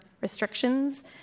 restrictions